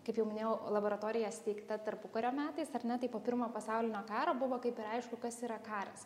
kaip jau minėjau laboratorija steigta tarpukario metais ar ne tai po pirmo pasaulinio karo buvo kaip ir aišku kas yra karas